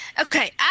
Okay